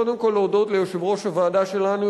קודם כול להודות ליושב-ראש הוועדה שלנו,